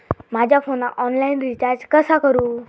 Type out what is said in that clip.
माझ्या फोनाक online recharge कसा करू?